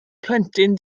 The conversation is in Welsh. plentyn